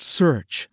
search